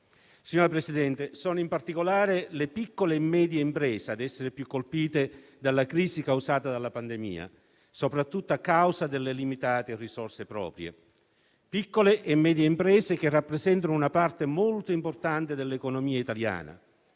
Signor Presidente, sono in particolare le piccole e medie imprese a essere più colpite dalla crisi causata dalla pandemia, soprattutto a causa delle limitate risorse proprie. Le piccole e medie imprese rappresentano una parte molto importante dell'economia italiana: